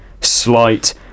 slight